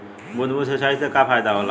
बूंद बूंद सिंचाई से का फायदा होला?